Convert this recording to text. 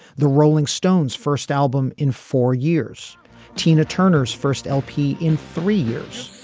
the rolling stones first album in four years tina turner's first lp in three years.